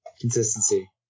consistency